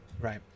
right